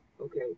okay